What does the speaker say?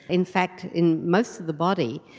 in fact in most of the body,